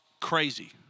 crazy